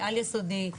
על יסודי,